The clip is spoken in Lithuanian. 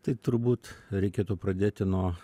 tai turbūt reikėtų pradėti nuo